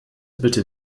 bitte